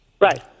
Right